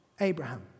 Abraham